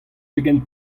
pegen